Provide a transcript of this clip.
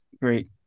Great